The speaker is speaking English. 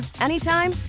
anytime